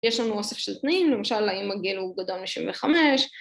‫יש לנו אוסף של תנאים, ‫למשל האם הגל הוא גדול ל-65.